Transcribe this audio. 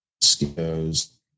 skills